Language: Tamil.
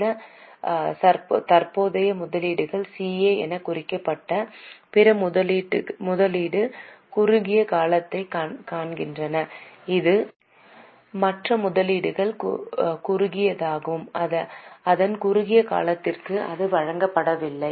சில தற்போதைய முதலீடுகள் CA எனக் குறிக்கப்பட்ட பிற முதலீட்டு குறுகிய காலத்தைக் காண்கின்றன இது மற்ற முதலீடுகள் குறுகியதாகும் அதன் குறுகிய காலத்திற்கு அது வழங்கப்படவில்லை